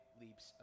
leaps